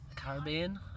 Caribbean